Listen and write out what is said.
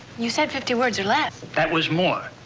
you said fifty words, or less. that was more.